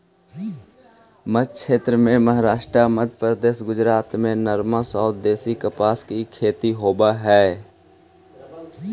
मध्मक्षेत्र में महाराष्ट्र, मध्यप्रदेश, गुजरात में नरमा अउ देशी कपास के खेती होवऽ हई